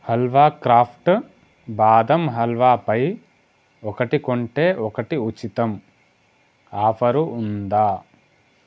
halwa craft బాదం హల్వా పై ఒకటి కొంటే ఒకటి ఉచితం ఆఫరు ఉందా